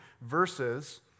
verses